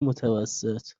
متوسط